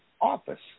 office